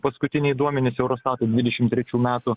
paskutiniai duomenys eurostato dvidešimt trečių metų